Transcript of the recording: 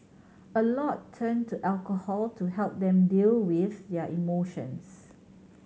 a lot turn to alcohol to help them deal with their emotions